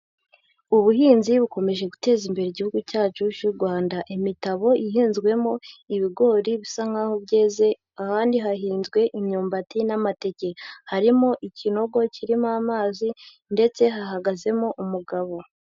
Ubuhinzi bukomeje guteza imbere Igihugu cyacu cy'u Rwanda, imitabo ihinzwemo ibigori bisa nkaho byeze, ahandi hahinzwe imyumbati n'amateke, harimo ikinogo kirimo amazi ndetse hahagazemo umugabo.